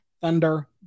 Thunder